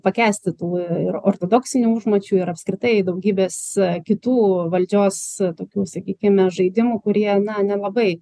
pakęsti tų ir ortodoksinių užmačių ir apskritai daugybės kitų valdžios tokių sakykime žaidimų kurie na nelabai